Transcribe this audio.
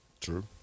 True